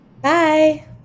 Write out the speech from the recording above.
bye